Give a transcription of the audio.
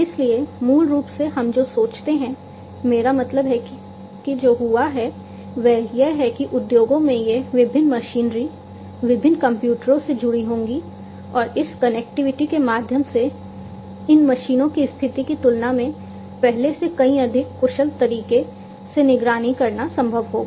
इसलिए मूल रूप से हम जो सोचते हैं मेरा मतलब है कि जो हुआ है वह यह है कि उद्योगों में ये विभिन्न मशीनरी विभिन्न कंप्यूटरों से जुड़ी होंगी और इस कनेक्टिविटी के माध्यम से इन मशीनों की स्थिति की तुलना में पहले से कहीं अधिक कुशल तरीके से निगरानी करना संभव होगा